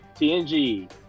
TNG